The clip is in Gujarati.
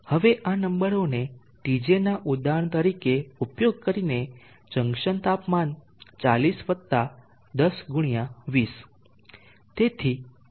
હવે આ નંબરોને Tj ના ઉદાહરણ તરીકે ઉપયોગ કરીને જંકશન તાપમાન 40 વત્તા 10 ગુણ્યા 20 તેથી 2400C